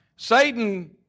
Satan